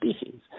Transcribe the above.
species